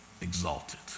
exalted